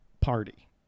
party